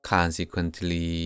Consequently